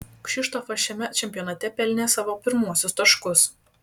kšištofas šiame čempionate pelnė savo pirmuosius taškus